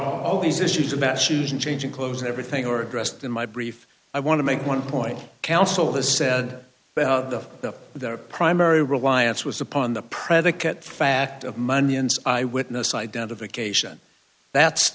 all these issues about shoes and changing clothes and everything or addressed in my brief i want to make one point counsel has said about the the primary reliance was upon the predicate fact of money and eyewitness identification that's